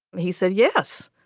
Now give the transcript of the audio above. he said, yes,